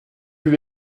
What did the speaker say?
lui